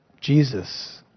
Jesus